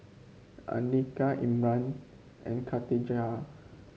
Andika Imran and Khatijah